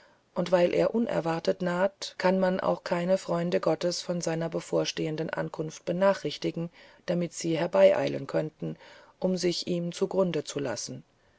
und weil er unerwartet naht kann man auch keine freunde gottes von seiner bevorstehenden ankunft benachrichtigen damit sie herbeieilen könnten um sich ihm zu grunde zu lassen